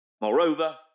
Moreover